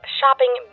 shopping